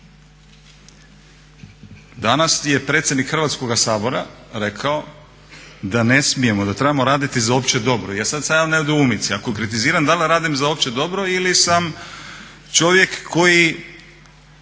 Danas je predsjednik Hrvatskoga sabora rekao da ne smijemo, da trebao raditi za opće dobro i sad sam ja u nedoumici, ako kritiziram dal da radim za opće dobro ili sam čovjek koji